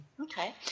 Okay